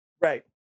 Right